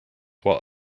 while